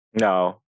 No